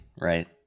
right